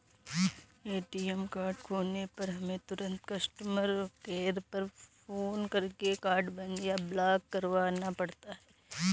ATM card खोने पर हमें तुरंत कस्टमर केयर पर फ़ोन करके कार्ड बंद या ब्लॉक करवाना पड़ता है